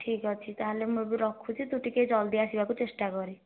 ଠିକ୍ ଅଛି ତା'ହେଲେ ମୁଁ ଏବେ ରଖୁଛି ତୁ ଟିକିଏ ଜଲ୍ଦି ଆସିବାକୁ ଚେଷ୍ଟା କର